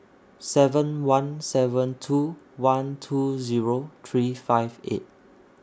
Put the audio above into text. seven one seven two one two three five eight